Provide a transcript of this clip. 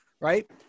right